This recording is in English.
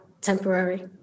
temporary